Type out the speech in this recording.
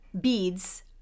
beads